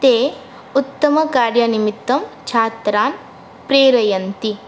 ते उत्तमकार्यनिमित्तं छात्रान् प्रेरयन्ति